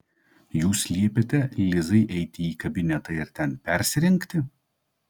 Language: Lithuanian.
jūs liepėte lizai eiti į kabinetą ir ten persirengti